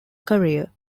career